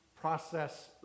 process